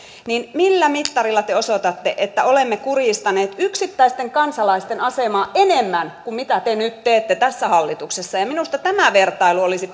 millä mittarilla te osoitatte että olemme kurjistaneet yksittäisten kansalaisten asemaa enemmän kuin te nyt teette tässä hallituksessa minusta tämä vertailu olisi